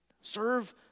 Serve